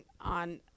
on